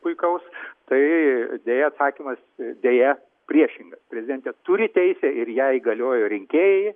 puikaus tai deja atsakymas deja priešingas prezidentė turi teisę ir ją įgaliojo rinkėjai